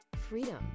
freedom